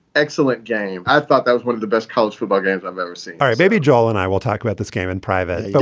excellent game. i thought that was one of the best college football games i've ever seen all right. maybe joel and i will talk about this game in private. but